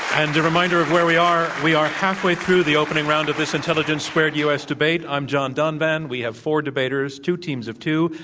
and a reminder of where we are. we are halfway through the opening round of this intelligence squared u. s. debate. i'm john donvan. we have four debaters, two teams of two,